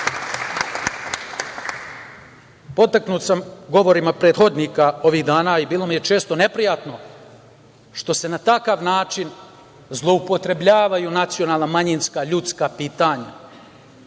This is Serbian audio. borba. Potaknut sam govorima prethodnika ovih dana i bilo mi je često neprijatno što se na takav način zloupotrebljavaju nacionalna, manjinska, ljudska pitanja.